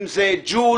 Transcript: אם זה ג'ול,